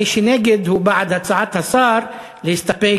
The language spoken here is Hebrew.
מי שנגד הוא בעד הצעת השר להסתפק,